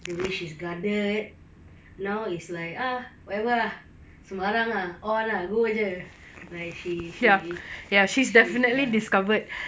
the way she's guarded now is like ah whatever ah sembarang ah on ah go jer like she she she ya